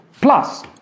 Plus